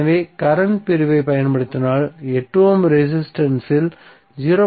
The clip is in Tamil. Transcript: எனவே கரண்ட் பிரிவைப் பயன்படுத்தினால் 8 ஓம் ரெசிஸ்டன்ஸ் இல் 0